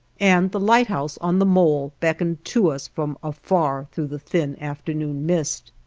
and the lighthouse on the mole beckoned to us from afar through the thin afternoon mist.